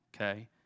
okay